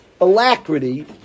alacrity